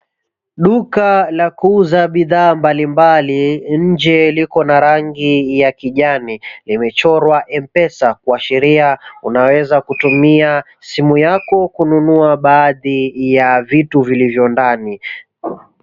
Duka la kuuza bidhaa mbalimbali, nje likona rangi ya kijani. Limechorwa Mpesa kuashiria unaweza kutumia simu yako kununua baadhi ya vitu viliyo ndani.